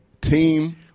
Team